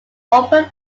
open